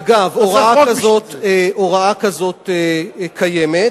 אגב, הוראה כזו קיימת.